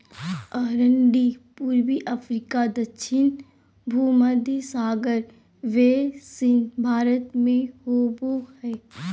अरंडी पूर्वी अफ्रीका दक्षिण भुमध्य सागर बेसिन भारत में होबो हइ